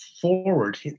forward